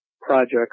projects